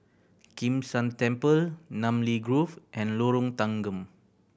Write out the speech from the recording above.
Kim San Temple Namly Grove and Lorong Tanggam